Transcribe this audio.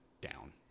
down